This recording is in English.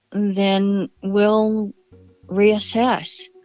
then we'll reassess.